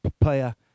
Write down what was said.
player